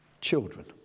children